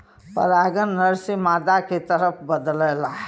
परागन नर से मादा के तरफ बदलला